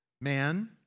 man